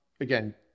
again